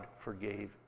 forgave